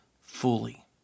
fully